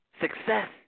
success